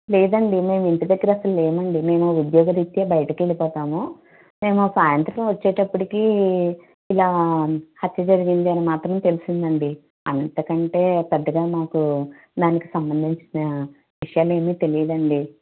లేదండీ మేము ఇంటి దగ్గర అసలు లేమండీ మేము ఉద్యోగ రీత్యా బయటికి వెళ్ళిపోతాము మేము సాయంత్రం వచ్చేటప్పటికి ఇలా హత్య జరిగింది అని మాత్రం తెలిసిందండీ అంత కంటే పెద్దగా నాకు దానికి సంబంధించిన విషయాలు ఏమీ తెలీదండీ